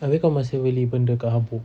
abeh kau masih beli benda kat habbo